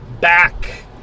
back